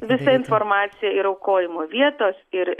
visa informacija ir aukojimo vietos ir